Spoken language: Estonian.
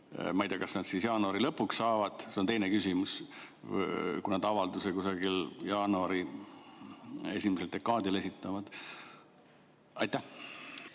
Ma ei tea, kas siis jaanuari lõpuks saavad – see on teine küsimus –, kui nad avalduse kusagil jaanuari esimesel dekaadil esitavad. Aitäh